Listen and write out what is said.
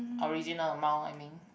original amount i mean